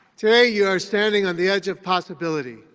today, you are standing on the edge of possibility.